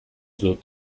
dut